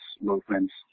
movements